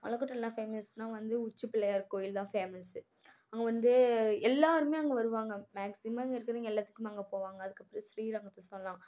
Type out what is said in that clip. மலைக்கோட்டையில என்ன ஃபேமஸுனா வந்து உச்சி பிள்ளையார் கோவில் தான் ஃபேமஸு அங்கே வந்து எல்லோருமே அங்கே வருவாங்க மேக்சிமம் இங்கே இருக்குறவங்க எல்லாத்துக்குமே அங்கே போவாங்க அதுக்கப்புறம் ஸ்ரீரங்கத்தை சொல்லாம்